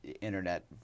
Internet